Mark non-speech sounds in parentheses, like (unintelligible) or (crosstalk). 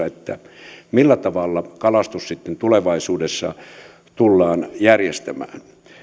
(unintelligible) että millä tavalla kalastus sitten tulevaisuudessa tullaan järjestämään